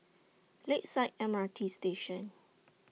Lakeside M R T Station